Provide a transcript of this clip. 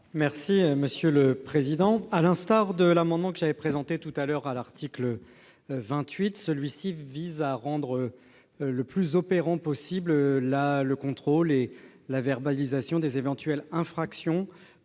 est à M. Rémi Féraud. À l'instar de l'amendement que j'avais présenté à l'article 28, celui-ci vise à rendre les plus opérants possible le contrôle et la verbalisation des éventuelles infractions